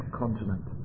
continent